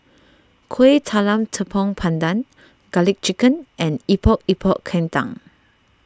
Kueh Talam Tepong Pandan Garlic Chicken and Epok Epok Kentang